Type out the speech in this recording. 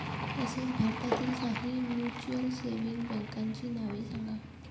तसेच भारतातील काही म्युच्युअल सेव्हिंग बँकांची नावे सांगा